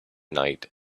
night